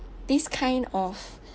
this kind of